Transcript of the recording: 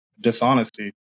dishonesty